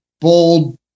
bold